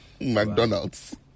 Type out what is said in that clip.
McDonald's